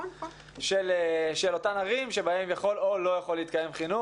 של אותן ערים בהן יכול או לא יכול להתקיים חינוך.